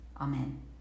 Amen